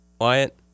Wyatt